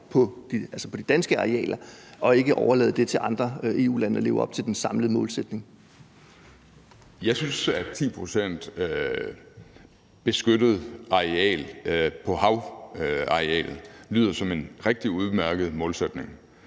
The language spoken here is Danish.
på de danske arealer, og ikke skal overlade det til andre EU-lande at leve op til den samlede målsætning? Kl. 12:34 Ole Birk Olesen (LA): Jeg synes, at 10 pct. beskyttet havareal lyder som en rigtig udmærket målsætning.